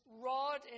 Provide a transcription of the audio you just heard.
rod